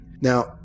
Now